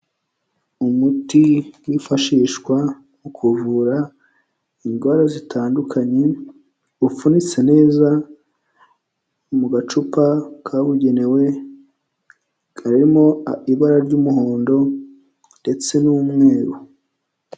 Umuti bwifashishwa mu kuvura indwara zitandukanye, upfunyitse neza mu gacupa kabugenewe, karimo ibara ry'umuhondo ndetse n'umweru.